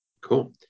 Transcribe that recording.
Cool